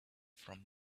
from